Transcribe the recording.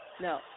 No